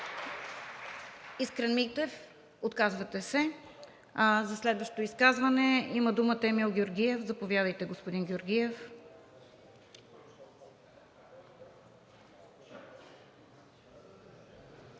Искрен Митев – отказвате се. За следващо изказване има думата Емил Георгиев. Заповядайте, господин Георгиев.